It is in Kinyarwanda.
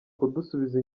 kudusubiza